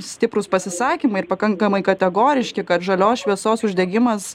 stiprūs pasisakymai ir pakankamai kategoriški kad žalios šviesos uždegimas